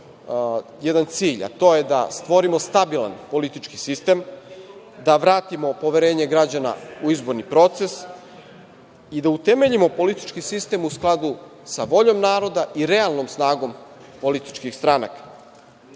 jedan cilj, a to je da stvorimo stabilan politički sistem, da vratimo poverenje građana u izborni proces i da utemeljimo politički sistem u skladu sa voljom naroda i realnom snagom političkih stranaka. Stranke